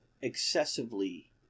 excessively